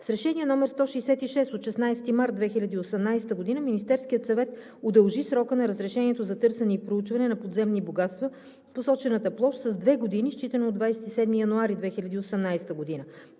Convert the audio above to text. С Решение № 166 от 16 март 2018 г. Министерският съвет удължи срока на разрешението за търсене и проучване на подземни богатства в посочената площ с две години, считано от 27 януари 2018 г.